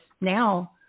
now